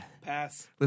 pass